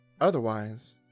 otherwise